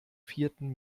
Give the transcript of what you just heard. vierten